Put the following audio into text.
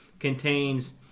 contains